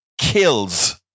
Kills